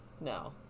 No